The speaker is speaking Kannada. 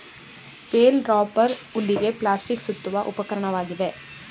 ಬೇಲ್ ರಾಪರ್ ಹುಲ್ಲಿಗೆ ಪ್ಲಾಸ್ಟಿಕ್ ಸುತ್ತುವ ಉಪಕರಣವಾಗಿದೆ